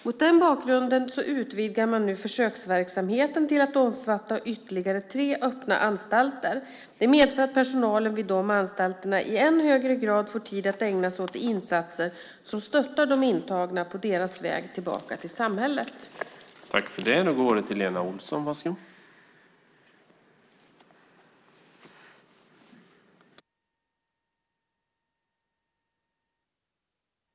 Mot denna bakgrund utvidgar man nu försöksverksamheten till att omfatta ytterligare tre öppna anstalter. Det medför att personalen vid de anstalterna i än högre grad får tid att ägna sig åt insatser som stöttar de intagna på deras väg tillbaka till samhället. Då Alice Åström, som framställt interpellationen, anmält att hon var förhindrad att närvara vid sammanträdet medgav förste vice talmannen att Lena Olsson i stället fick delta i överläggningen.